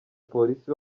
polisi